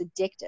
addictive